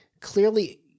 clearly